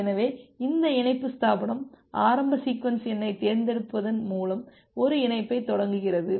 எனவே இந்த இணைப்பு ஸ்தாபனம் ஆரம்ப சீக்வென்ஸ் எண்ணைத் தேர்ந்தெடுப்பதன் மூலம் ஒரு இணைப்பைத் தொடங்குகிறது